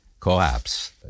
collapse